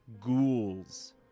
ghouls